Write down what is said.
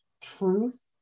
truth